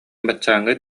баччааҥҥа